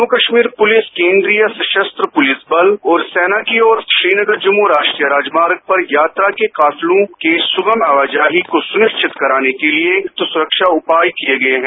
Jammu Kashmir police केंद्रीय सशस्त्र बल और सेना ओर श्रीनगर राष्ट्रीय राजमार्ग पर यात्रा के काफिलों के सुगम आवा जाही सुनिश्चित कराने के लिए सुरक्षा उपाय किये गए हैं